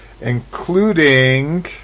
including